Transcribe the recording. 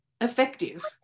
effective